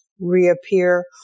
reappear